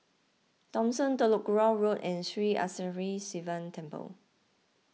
Thomson Telok Kurau Road and Sri Arasakesari Sivan Temple